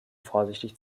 vorsichtig